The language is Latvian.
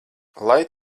lai